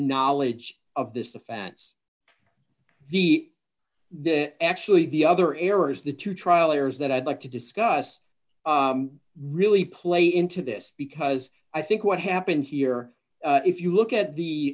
knowledge of this offense the actually the other errors the two trial errors that i'd like to discuss really play into this because i think what happened here if you look at the